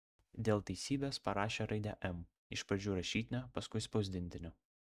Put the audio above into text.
dėl teisybės parašė raidę m iš pradžių rašytinę paskui spausdintinę